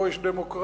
פה יש דמוקרטיה,